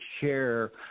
share